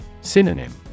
Synonym